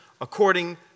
according